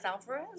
Alvarez